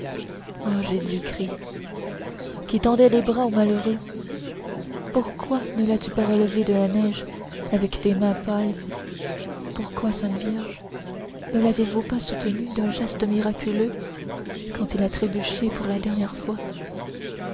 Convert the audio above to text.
ô jésus-christ qui tendais les bras aux malheureux pourquoi ne l'as-tu pas relevé de la neige avec tes mains pâles pourquoi sainte vierge ne l'avez-vous pas soutenu d'un geste miraculeux quand il a trébuché pour la dernière fois